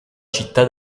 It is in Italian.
città